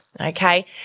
Okay